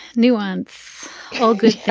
nuance so good.